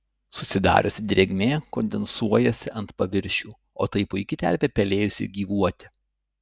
susidariusi drėgmė kondensuojasi ant paviršių o tai puiki terpė pelėsiui gyvuoti